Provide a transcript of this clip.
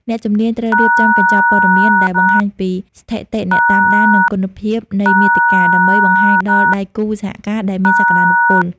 អ្នកជំនាញត្រូវរៀបចំកញ្ចប់ព័ត៌មាន ដែលបង្ហាញពីស្ថិតិអ្នកតាមដាន និងគុណភាពនៃមាតិកា ដើម្បីបង្ហាញដល់ដៃគូសហការដែលមានសក្តានុពល។